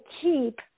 keep